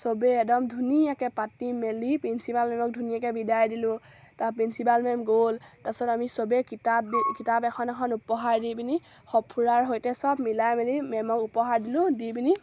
সবে একদম ধুনীয়াকৈ পাতি মেলি প্ৰিঞ্চিপাল মেমক ধুনীয়াকৈ বিদায় দিলোঁ তাৰ প্ৰিন্সিপাল মেম গ'ল তাৰপিছত আমি সবে কিতাপ দি কিতাপ এখন এখন উপহাৰ দি পিনি সঁফুৰাৰ সৈতে সব মিলাই মেলি মেমক উপহাৰ দিলোঁ দি পিনি